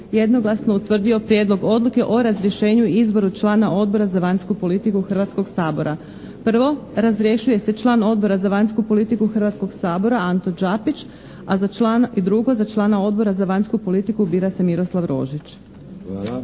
jednoglasno utvrdio Prijedlog odluke o razrješenju i izboru člana Odbora za vanjsku politiku Hrvatskog sabora. Prvo, razrješuje se član Odbora za vanjsku politiku Hrvatskog sabora Anto Đapić. I drugo, za člana Odbora za vanjsku politiku bira se Miroslav Rožić.